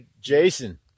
Jason